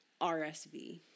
RSV